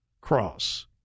cross